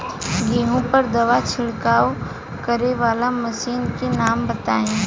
गेहूँ पर दवा छिड़काव करेवाला मशीनों के नाम बताई?